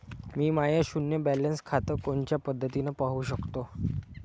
मी माय शुन्य बॅलन्स खातं कोनच्या पद्धतीनं पाहू शकतो?